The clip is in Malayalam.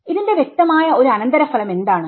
ഇതിന്റെ വ്യക്തമായ ഒരു അനന്തരഫലം എന്താണ്